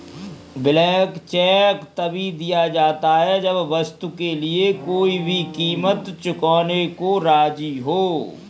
blank cheque तभी दिया जाता है जब वस्तु के लिए कोई भी कीमत चुकाने को राज़ी हो